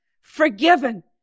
forgiven